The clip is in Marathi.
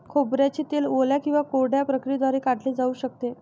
खोबऱ्याचे तेल ओल्या किंवा कोरड्या प्रक्रियेद्वारे काढले जाऊ शकते